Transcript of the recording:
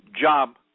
job